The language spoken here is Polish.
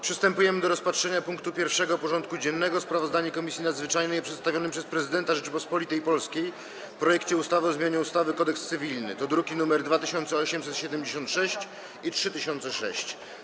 Przystępujemy do rozpatrzenia punktu 1. porządku dziennego: Sprawozdanie Komisji Nadzwyczajnej o przedstawionym przez Prezydenta Rzeczypospolitej Polskiej projekcie ustawy o zmianie ustawy Kodeks cywilny (druki nr 2876 i 3006)